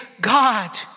God